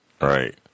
Right